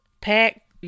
pack